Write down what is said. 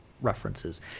references